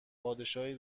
پادشاهی